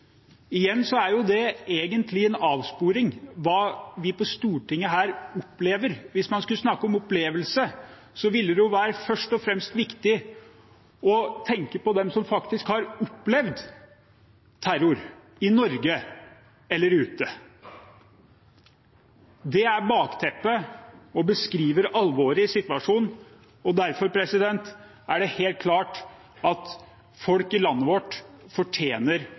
Igjen er det egentlig en avsporing hva vi på Stortinget her opplever. Hvis man skulle snakke om opplevelse, ville det først og fremst være viktig å tenke på dem som faktisk har opplevd terror i Norge eller ute. Det er bakteppet og beskriver alvoret i situasjonen. Derfor er det helt klart at folk i landet vårt fortjener